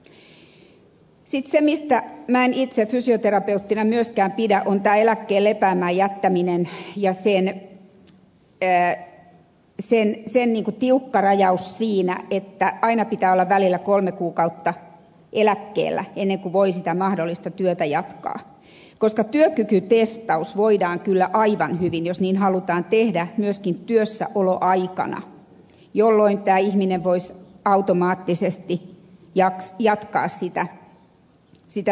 se mistä minä en itse fysioterapeuttina myöskään pidä on tämä eläkkeen lepäämään jättäminen ja sen tiukka rajaus siinä että aina pitää olla välillä kolme kuukautta eläkkeellä ennen kuin voi sitä mahdollista työtä jatkaa koska työkykytestaus voidaan kyllä aivan hyvin jos niin halutaan tehdä myöskin työssäoloaikana jolloin tämä ihminen voisi automaattisesti jatkaa työn tekemistä